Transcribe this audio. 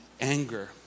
anger